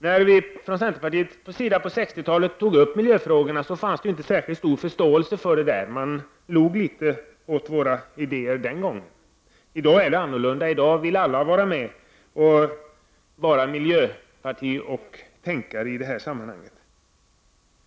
När vi i centerpartiet på 60-talet tog upp miljöfrågorna visades det inte någon särskilt stor förståelse. Man log litet åt våra idéer den gången. I dag är det annorlunda. I dag vill alla vara med och tänka i det här sammanhanget.